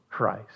Christ